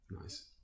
Nice